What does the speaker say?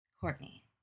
courtney